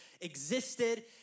existed